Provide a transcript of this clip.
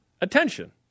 Attention